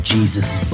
Jesus